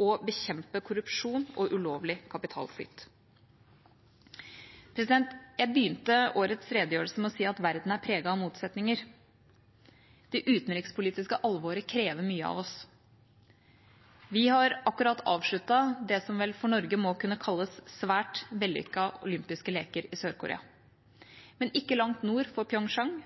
og bekjempe korrupsjon og ulovlig kapitalflyt. Jeg begynte årets redegjørelse med å si at verden er preget av motsetninger. Det utenrikspolitiske alvoret krever mye av oss. Vi har akkurat avsluttet det som for Norge må kunne kalles svært vellykkede olympiske leker i Sør-Korea. Men ikke langt nord for